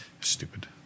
Stupid